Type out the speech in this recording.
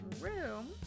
room